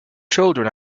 children